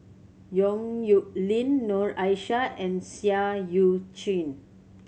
Yong Nyuk Lin Noor Aishah and Seah Eu Chin